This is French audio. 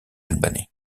albanais